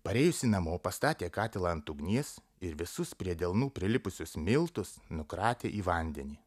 parėjusi namo pastatė katilą ant ugnies ir visus prie delnų prilipusius miltus nukratė į vandenį